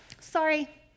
sorry